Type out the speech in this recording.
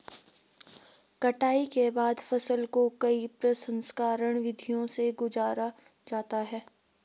कटाई के बाद फसल को कई प्रसंस्करण विधियों से गुजारा जाता है